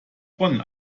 bonn